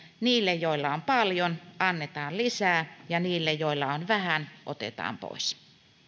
niille joilla on paljon annetaan lisää ja niiltä joilla on vähän otetaan pois